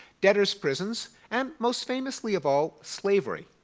debtors' prisons, and most famously of all, slavery.